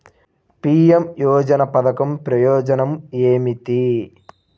PM యోజన పధకం ప్రయోజనం ఏమితి?